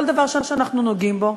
כל דבר שאנחנו נוגעים בו,